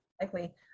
likely